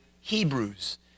Hebrews